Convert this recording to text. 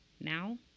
Now